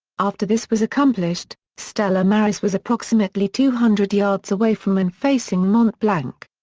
after this was accomplished, stella maris was approximately two hundred yards away from and facing mont blanc.